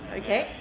okay